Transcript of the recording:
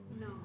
No